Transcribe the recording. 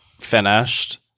finished